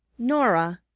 norah,